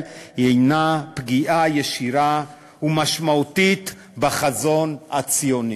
היא פגיעה ישירה ומשמעותית בחזון הציוני.